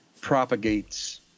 propagates